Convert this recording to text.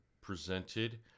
presented